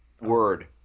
Word